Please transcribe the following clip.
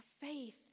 faith